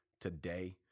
today